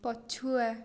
ପଛୁଆ